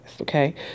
Okay